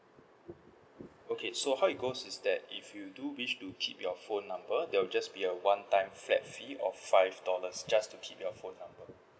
okay so how it goes is that if you do wish to keep your phone number there will just be a one time flat fee of five dollars just keep your phone number